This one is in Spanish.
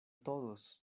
todos